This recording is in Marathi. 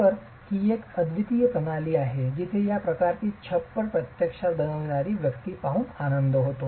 तर ही एक अद्वितीय प्रणाली आहे जिथे या प्रकारची छप्पर प्रत्यक्षात बनविणारी व्यक्ती पाहून आनंद होतो